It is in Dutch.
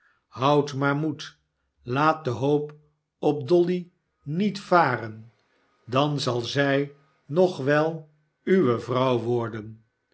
houd maar moed laat de hoop op dolly niet varen dan zal zij nog wel uwe vrouw worden